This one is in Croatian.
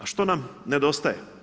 A što nam nedostaje?